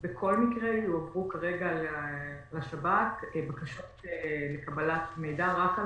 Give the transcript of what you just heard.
בכל מקרה יועברו כרגע לשב"כ בקשות לקבל מידע רק על